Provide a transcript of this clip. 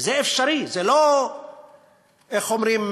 וזה אפשרי, זה לא איך אומרים,